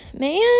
man